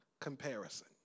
comparison